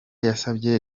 yasabye